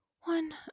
one